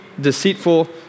deceitful